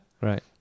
right